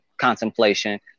contemplation